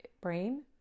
brain